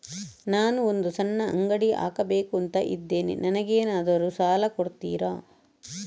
ನಾನು ಒಂದು ಸಣ್ಣ ಅಂಗಡಿ ಹಾಕಬೇಕುಂತ ಇದ್ದೇನೆ ನಂಗೇನಾದ್ರು ಸಾಲ ಕೊಡ್ತೀರಾ?